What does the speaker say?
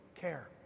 care